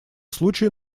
случае